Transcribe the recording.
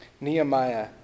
Nehemiah